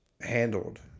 handled